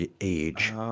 age